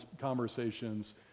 conversations